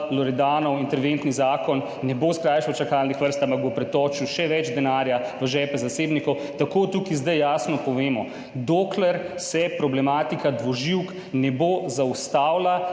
Loredanov interventni zakon ne bo skrajšal čakalnih vrst, ampak bo pretočil še več denarja v žepe zasebnikov. Tako tukaj zdaj jasno povemo, dokler se problematika dvoživk ne bo zaustavila,